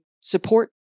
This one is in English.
support